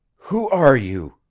who are you?